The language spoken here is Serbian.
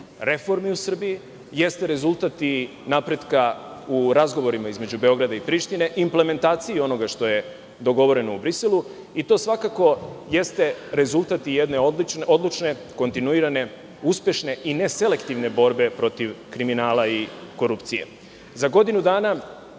reformi u Srbiji, jeste rezultat i napretka u razgovorima između Beograda i Prištine, implementaciji onoga što je dogovoreno u Briselu i to svakako jeste rezultat i jedne odlučne, kontinuirane, uspešne i neselektivne borbe protiv kriminala i korupcije.Za godinu dana